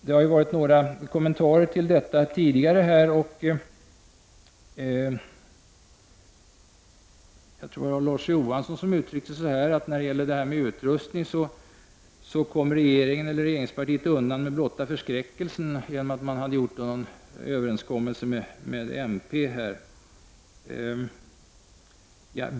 Det har gjorts några kommentarer till detta tidigare, och Larz Johansson uttryckte det så, att regeringspartiet kommer undan med blotta förskräckelsen när det gäller utrustning, genom att ha gjort en överenskommelse med miljöpartiet.